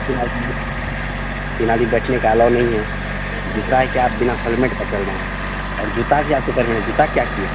तीन आदमी तीन आदमी बैठने का अलाउ नहीं है दूसरा है कि आप बिना हेलमेट का चल रहे हैं और जूता भी आपके पैर में नहीं है जूता क्या किए